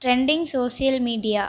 trending social media